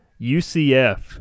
UCF